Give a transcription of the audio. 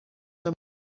them